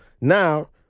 now